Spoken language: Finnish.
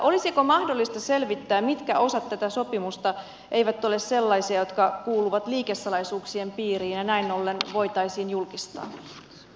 olisiko mahdollista selvittää mitkä osat tätä sopimusta eivät ole sellaisia jotka kuuluvat liikesalaisuuksien piiriin ja näin ollen voitaisiin julkistaa